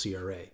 CRA